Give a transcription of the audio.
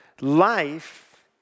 Life